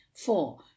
four